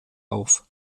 auf